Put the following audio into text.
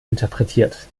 interpretiert